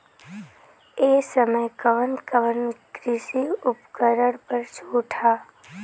ए समय कवन कवन कृषि उपकरण पर छूट ह?